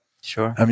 Sure